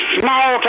small